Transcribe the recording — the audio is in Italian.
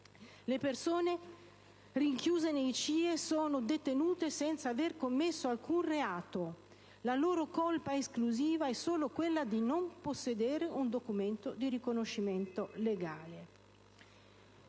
Le persone rinchiuse nei CIE sono detenute senza aver commesso alcun reato. La loro colpa esclusiva è solo quella di non possedere un documento di riconoscimento legale.